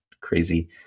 crazy